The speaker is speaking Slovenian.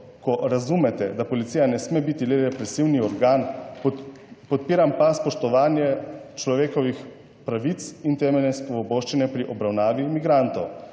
ko razumete, da policija ne sme biti le represivni organ. Podpiram pa spoštovanje človekovih pravic in temeljne svoboščine pri obravnavi migrantov.